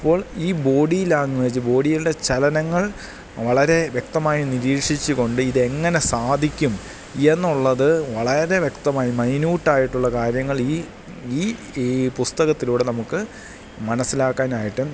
അപ്പോൾ ഈ body language ബോഡിയുടെ ചലനങ്ങൾ വളരെ വ്യക്തമായി നിരീക്ഷിച്ചുകൊണ്ട് ഇതെങ്ങനെ സാധിക്കും എന്നുള്ളതു വളരെ വ്യക്തമായി മൈന്യൂട്ടായിട്ടുള്ള കാര്യങ്ങളീ ഈ ഈ പുസ്തകത്തിലൂടെ നമുക്ക് മനസ്സിലാക്കാനായിട്ടും